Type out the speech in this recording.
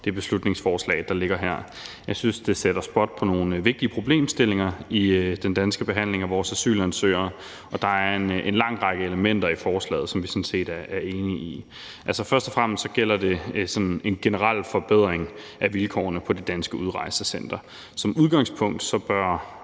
det beslutningsforslag, der ligger her. Jeg synes, det sætter spot på nogle vigtige problemstillinger i den danske behandling af asylansøgere, og der er en lang række elementer i forslaget, som vi sådan set er enige i. Først og fremmest gælder det en generel forbedring af vilkårene på de danske udrejsecentre. Som udgangspunkt bør